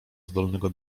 zdolnego